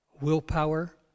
willpower